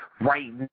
right